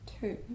two